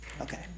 Okay